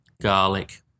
garlic